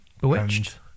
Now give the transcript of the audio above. Bewitched